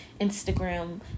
Instagram